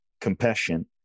compassion